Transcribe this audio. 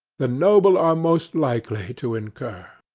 the noble are most likely to incur.